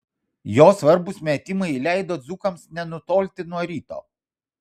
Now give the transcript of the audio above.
jo svarbūs metimai leido dzūkams nenutolti nuo ryto